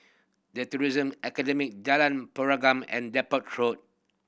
The Tourism Academy Jalan Pergam and Depot